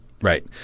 right